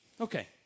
Okay